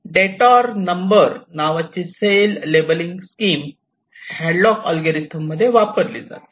detour number नावाची cell labelling scheme हॅडलॉकच्या algorithm मध्ये वापरली जाते